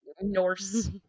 norse